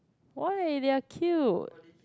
why they're cute